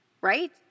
right